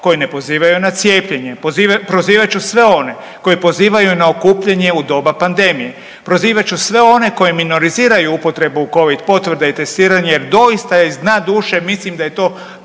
koji ne pozivaju na cijepljenje, prozivat ću sve one koji pozivaju na okupljanje u doba pandemije, prozivat ću sve one koji minoriziraju upotrebu covid potvrda i testiranja jer doista iz dna duše mislim daje to